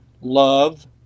love